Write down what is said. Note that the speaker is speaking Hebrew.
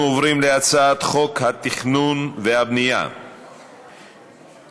אנחנו עוברים להצעת חוק התכנון והבנייה (תיקון,